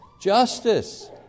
Justice